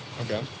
Okay